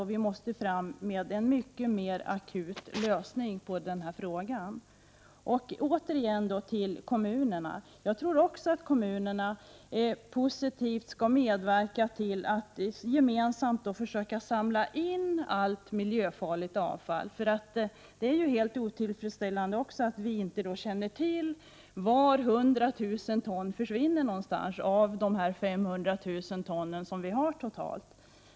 Frågan måste få en akut lösning. Återigen något om kommunerna. Också jag tror att kommunerna på ett positivt sätt kan medverka när det gäller att åstadkomma en gemensam insamling av allt miljöfarligt avfall. Det är ju helt otillfredsställande att vi inte känner till vart 100 000 ton avfall tar vägen av de 500 000 ton som totalt finns.